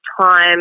time